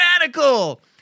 Radical